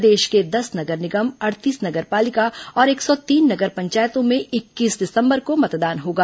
प्रदेश के दस नगर निगम अड़तीस नगर पालिका और एक सौ तीन नगर पंचायतों में इक्कीस दिसंबर को मतदान होगा